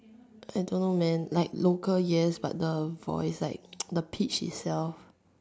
I don't meant like local yes but the voice like the pitch itself